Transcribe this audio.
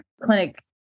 clinic